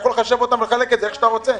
אתה יכול לחשב אותם, לחלק את זה איך שאתה רוצה.